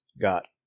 got